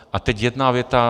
A teď jedna věta.